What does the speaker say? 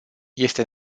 este